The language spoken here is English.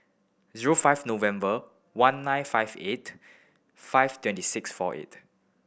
zero five November one nine five eight five twenty six four eight